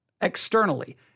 Externally